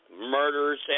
murders